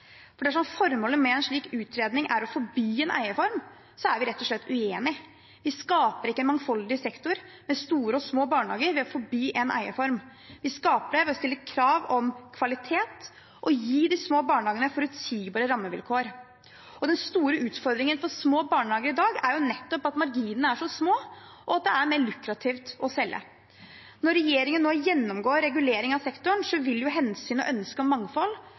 For dersom formålet med en slik utredning er å forby en eierform, er vi rett og slett uenig. Vi skaper ikke en mangfoldig sektor med store og små barnehager ved å forby en eierform. Vi skaper det ved å stille krav om kvalitet og gi de små barnehagene forutsigbare rammevilkår. Den store utfordringen for små barnehager i dag er nettopp at marginene er så små, og at det er mer lukrativt å selge. Når regjeringen nå gjennomgår regulering av sektoren, vil hensynet til og ønsket om mangfold